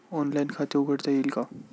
Online खाते उघडता येईल का?